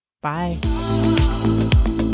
Bye